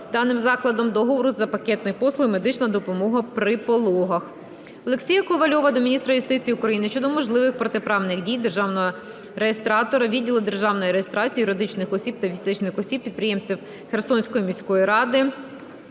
з даним закладом договору за пакетом послуг "Медична допомога при пологах". Олексія Ковальова до міністра юстиції України щодо можливих протиправних дій державного реєстратора відділу державної реєстрації юридичних осіб та фізичних осіб - підприємців Херсонської міської ради